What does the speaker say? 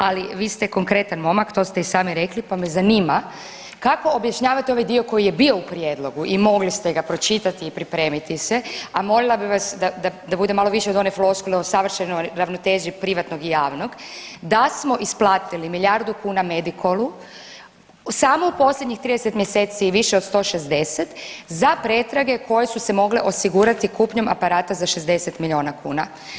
Ali vi ste konkretan momak, to ste i sami rekli pa me zanima Kako objašnjavate ovaj dio koji je bio u prijedlogu i mogli ste ga pročitati i pripremiti se, a molila bi vas da bude malo više od one floskule o savršenoj ravnoteži privatnog i javnog, da smo isplatiti milijardu kuna Medikolu samo u posljednjih 30 mjeseci više od 160 za pretrage koje su se mogle osigurati kupnjom aparata za 60 miliona kuna?